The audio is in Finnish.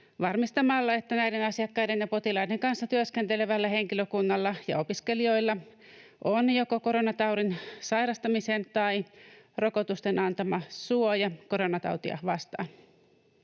varmistamalla, että näiden asiakkaiden ja potilaiden kanssa työskentelevällä henkilökunnalla ja opiskelijoilla on joko koronataudin sairastamisen tai rokotusten antama suoja koronatautia vastaan.